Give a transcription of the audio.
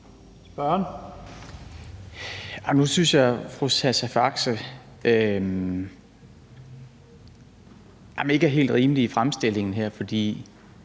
(S): Nu synes jeg, at fru Sascha Faxe ikke er helt rimelig i fremstillingen her, for